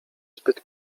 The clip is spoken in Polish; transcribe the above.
zbyt